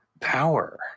power